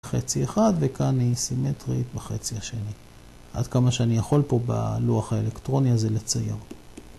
חצי אחד וכאן היא סימטרית בחצי השני, עד כמה שאני יכול פה בלוח האלקטרוני הזה לצייר.